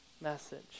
message